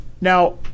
Now